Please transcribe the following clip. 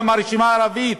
גם הרשימה הערבית,